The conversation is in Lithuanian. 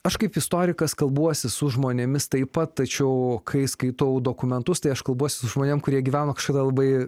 aš kaip istorikas kalbuosi su žmonėmis taip pat tačiau kai skaitau dokumentus tai aš kalbuosi su žmonėm kurie gyvena kažkada labai